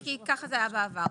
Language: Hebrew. זה בסדר.